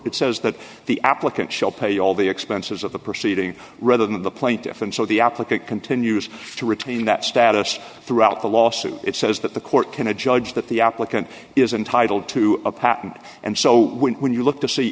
it says that the applicant shall pay all the expenses of the proceeding rather than the plaintiff and so the applicant continues to retain that status throughout the lawsuit it says that the court can a judge that the applicant is entitled to a patent and so when you look to see